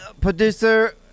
producer